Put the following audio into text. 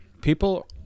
People